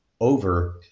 over